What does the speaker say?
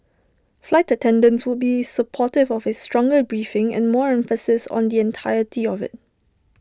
flight attendants would be supportive of A stronger briefing and more emphasis on the entirety of IT